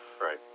Right